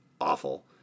awful